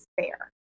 fair